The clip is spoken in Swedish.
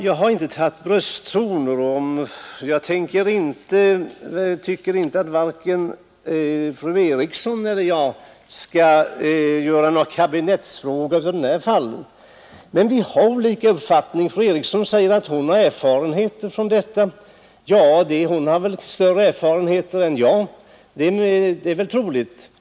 Jag har inte tagit till brösttoner, och jag tycker inte att vare sig fru Eriksson i Stockholm eller jag skall göra någon ”kabinettsfråga” av detta fall. Men vi har olika uppfattning Fru Eriksson säger att hon har erfarenheter från detta område. Men fru Eriksson har inte större erfarenhet än jag.